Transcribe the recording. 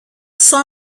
saw